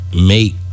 make